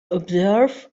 observe